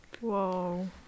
Whoa